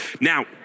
Now